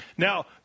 Now